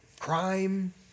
crime